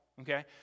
Okay